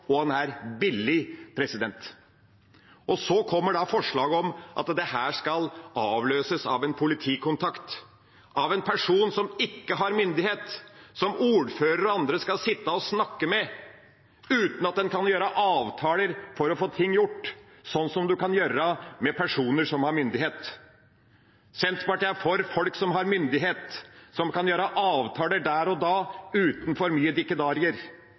og han er billig. Så kommer forslaget om at dette skal avløses av en politikontakt – en person som ikke har myndighet, og som ordføreren og andre skal sitte og snakke med uten å kunne gjøre avtaler for å få ting gjort, slik som en kan gjøre med personer som har myndighet. Senterpartiet er for folk som har myndighet, som kan gjøre avtaler der og da uten for mye dikkedarer.